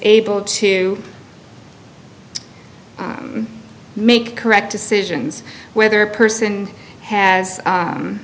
able to make correct decisions whether a person has